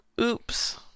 Oops